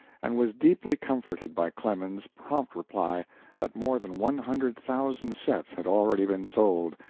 and was deeply comforted by clemens's prompt reply that more than one hundred thousand sets had already been sold,